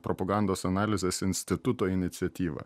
propagandos analizės instituto iniciatyvą